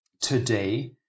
today